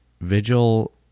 Vigil